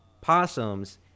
possums